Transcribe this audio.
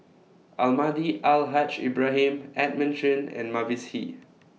Almahdi Al Haj Ibrahim Edmund Chen and Mavis Hee